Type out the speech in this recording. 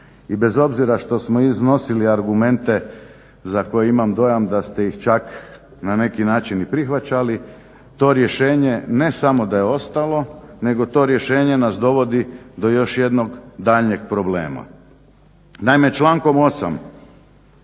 I bez obzira što smo iznosili argumente za koje imam dojam da ste ih čak na neki način i prihvaćali to rješenje ne samo da je ostalo, nego to rješenje nas dovodi do još jednog daljnjeg problema.